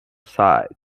side